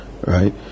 right